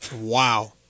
Wow